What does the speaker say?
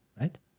right